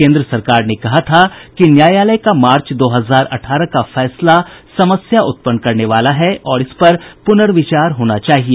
केन्द्र सरकार ने कहा था कि न्यायालय का मार्च दो हजार अठारह का फैसला समस्या उत्पन्न करने वाला है और इस पर पुनर्विचार होना चाहिए